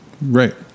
right